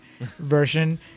version